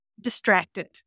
distracted